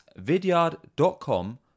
vidyard.com